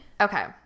Okay